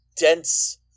dense